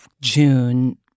June